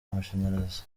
amashanyarazi